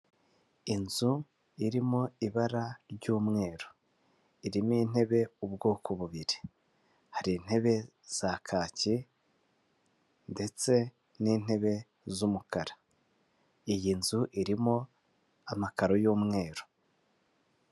Inzu irimo ibara ry'umweru, irimo intebe ubwoko bubiri, hari intebe za kacyi ndetse n'intebe z'umukara. Iyi nzu irimo amakaro y'umweru.